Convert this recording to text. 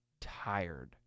tired